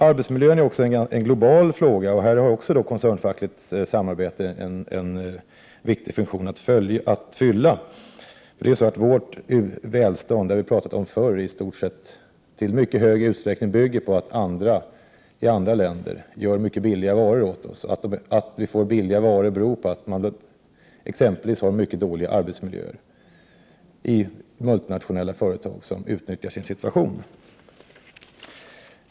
Arbetsmiljön är även en global fråga, och här har också koncernfackligt samarbete en viktig funktion att fylla. Det är så att vårt välstånd, det har vi pratat om förr, i mycket hög utsträckning bygger på att andra i andra länder gör mycket billiga varor åt oss. Att vi får billiga varor beror på att man exempelvis har mycket dåliga arbetsmiljöer i multinationella företag som utnyttjar sin situation.